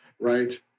right